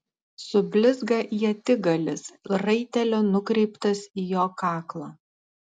sublizga ietigalis raitelio nukreiptas į jo kaklą